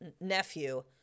nephew